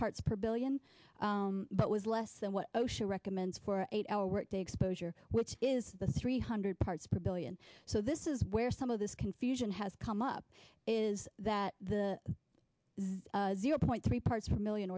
parts per billion but was less than what osha recommends for eight hour workday exposure which is the three hundred parts per billion so this is where some of this confusion has come up is that the the zero point three parts per million